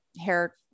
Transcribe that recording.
hair